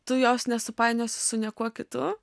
tu jos nesupainiosi su niekuo kitu